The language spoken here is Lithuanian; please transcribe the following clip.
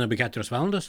apie keturios valandos